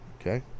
okay